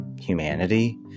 humanity